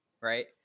right